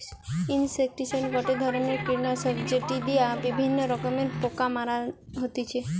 insecticide গটে ধরণের কীটনাশক যেটি দিয়া বিভিন্ন রকমের পোকা মারা হতিছে